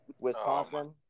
Wisconsin